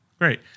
Great